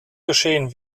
geschehen